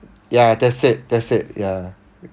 ya that's it that's it ya